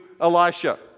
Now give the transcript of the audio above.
Elisha